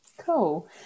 Cool